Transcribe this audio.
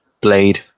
Blade